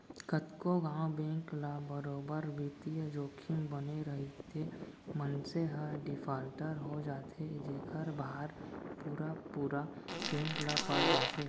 कतको घांव बेंक ल बरोबर बित्तीय जोखिम बने रइथे, मनसे ह डिफाल्टर हो जाथे जेखर भार पुरा पुरा बेंक ल पड़ जाथे